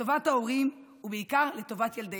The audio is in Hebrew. לטובת ההורים, ובעיקר לטובת ילדיהם.